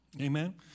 Amen